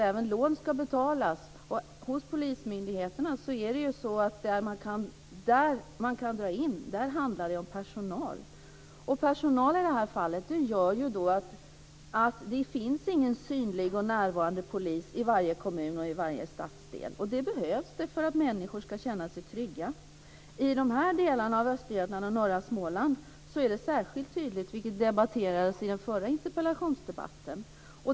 Där man kan dra in hos polismyndigheterna handlar det om personal. Drar man in personal i det här fallet finns det ingen synlig och närvarande polis i varje kommun och i varje stadsdel. Det behövs för att människor ska känna sig trygga. I dessa delar av Östergötland och norra Småland är det särskilt tydligt, vilket debatterades i den förra interpellationsdebatten.